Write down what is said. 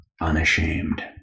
unashamed